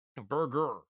Burger